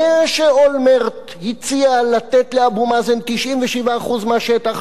יודע שאולמרט הציע לתת לאבו מאזן 97% מהשטח,